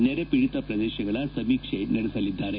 ನೆರೆ ಪೀಡಿತ ಪ್ರದೇಶಗಳ ಸಮೀಕ್ಷೆ ನಡೆಸಲಿದ್ದಾರೆ